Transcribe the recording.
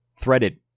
threaded